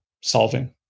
solving